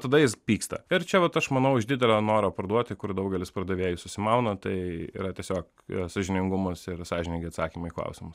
tada jis pyksta ir čia vat aš manau iš didelio noro parduoti kur daugelis pardavėjų susimauna tai yra tiesiog jo sąžiningumas ir sąžiningi atsakymai į klausimus